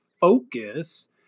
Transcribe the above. focus